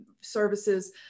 services